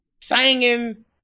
singing